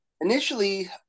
Initially